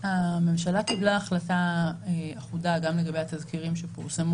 הממשלה קיבלה החלטה אחודה גם לגבי התזכירים שפורסמו